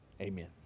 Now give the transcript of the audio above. Amen